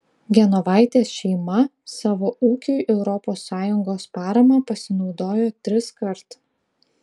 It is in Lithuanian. genovaitės šeima savo ūkiui europos sąjungos parama pasinaudojo triskart